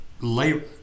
labor